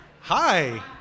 Hi